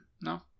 No